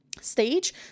Stage